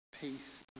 Peace